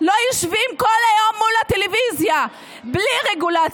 כדי שהילדות והילדים שלכם לא ישבו כל היום מול הטלוויזיה בלי רגולציה,